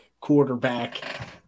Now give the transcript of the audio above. quarterback